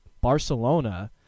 Barcelona